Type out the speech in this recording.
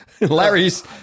Larry's